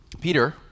Peter